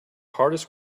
hardest